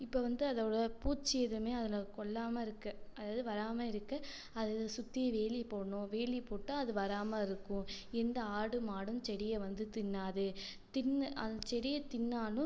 இப்போ வந்து அதில் பூச்சி எதுமே அதில் கொள்ளாமல் இருக்க அதாவது வராமல் இருக்க அதில் சுற்றி வேலி போடணும் வேலி போட்டால் அது வராமல் இருக்கும் எந்த ஆடு மாடும் செடியை வந்து தின்னாது தின்னு அந்தச் செடியை தின்னாலும்